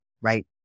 right